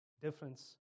difference